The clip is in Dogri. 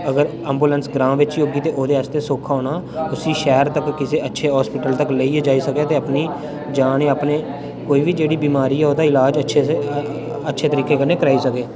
अगर एम्बुलेंस ग्रांऽ बिच होगी ते ओह्दे आस्तै सौखा होना उसी शैह्र तक किसे अच्छे हॉस्पिटल तक लेइयै जाई सकदे ते अपनी जान अपने कोई बी जेह्ड़ी बीमारी ऐ ओह्दा इलाज अच्छे से अच्छे तरीके कन्नै कराई सकै